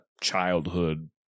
childhood